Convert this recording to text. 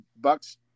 bucks